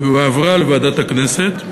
והועברה לוועדת הכנסת.